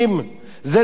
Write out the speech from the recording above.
זה לאומני.